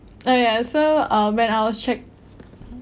uh yeah so uh when I was checked